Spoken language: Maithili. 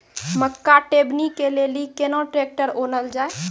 मक्का टेबनी के लेली केना ट्रैक्टर ओनल जाय?